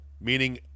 meaning